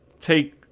take